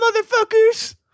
motherfuckers